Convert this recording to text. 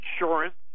insurance